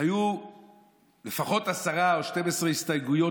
היו לפחות 10 או 12 הסתייגויות,